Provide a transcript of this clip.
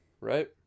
Right